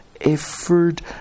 effort